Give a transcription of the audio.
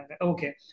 Okay